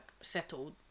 settled